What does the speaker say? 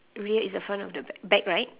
red is the front of the ba~ back right